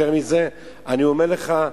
יותר מזה, אני אומר לך,